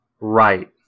Right